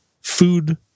food